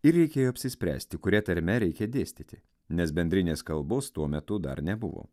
ir reikėjo apsispręsti kuria tarme reikia dėstyti nes bendrinės kalbos tuo metu dar nebuvo